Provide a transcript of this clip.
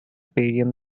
barium